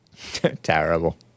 Terrible